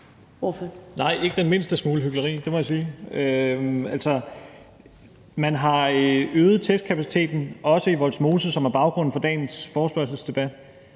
(S): Nej, ikke den mindste smule hykleri, det må jeg sige. Man har øget testkapaciteten, også i Vollsmose, som er baggrunden for dagens forespørgselsdebat.